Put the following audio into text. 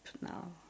now